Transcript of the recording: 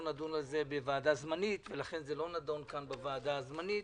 נדון בזה בוועדה זמנית ולכן זה לא נדון כאן בוועדה הזמנית.